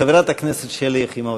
חברת הכנסת שלי יחימוביץ.